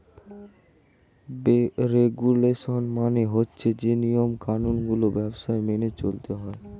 regulation মানে হচ্ছে যে নিয়ম কানুন গুলো ব্যবসায় মেনে চলতে হয়